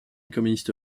communiste